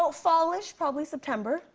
ah fallish, probably september.